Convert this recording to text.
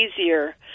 easier